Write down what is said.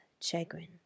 chagrin